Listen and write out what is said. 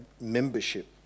membership